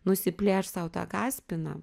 nusiplėšt sau tą kaspiną